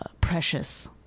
Precious